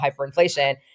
hyperinflation